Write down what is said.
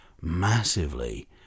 massively